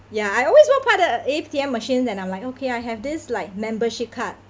ya I always walk past the A_T_M machine and I'm like okay I have this like membership card